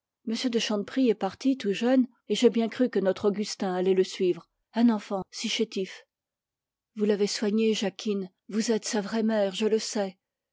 de chanteprie est parti tout jeune et j'ai bien cru que notre augustin allait le suivre un enfant si chétif vous l'avez soigné jacquine vous êtes sa vraie mère je le sais